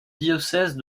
diocèse